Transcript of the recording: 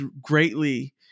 greatly